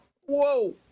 Whoa